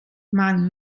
man